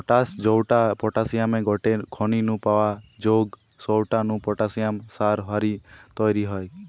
potash জউটা পটাশিয়ামের গটে খনি নু পাওয়া জউগ সউটা নু পটাশিয়াম সার হারি তইরি হয়